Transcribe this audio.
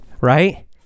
right